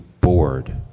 bored